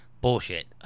bullshit